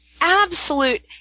absolute